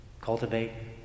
cultivate